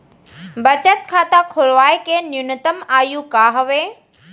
बचत खाता खोलवाय के न्यूनतम आयु का हवे?